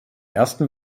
ersten